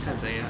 看怎样